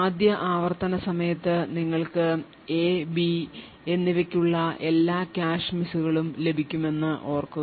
ആദ്യ ആവർത്തന സമയത്ത് നിങ്ങൾക്ക് എ ബി എന്നിവയ്ക്കുള്ള എല്ലാ കാഷെ മിസ്സുകളും ലഭിക്കുമെന്ന് ഓർക്കുക